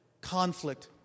conflict